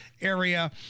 area